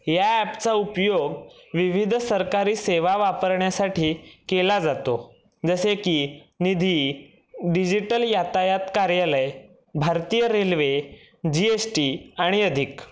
या ॲपचा उपयोग विविध सरकारी सेवा वापरण्यासाठी केला जातो जसे की निधी डिजिटल यातायात कार्यालय भारतीय रेल्वे जी एस टी आणि अधिक